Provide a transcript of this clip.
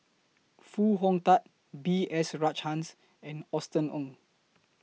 Foo Hong Tatt B S Rajhans and Austen Ong